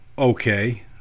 okay